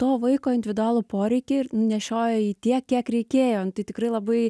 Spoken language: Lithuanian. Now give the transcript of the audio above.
to vaiko individualų poreikį ir nešiojo jį tiek kiek reikėjo tai tikrai labai